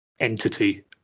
entity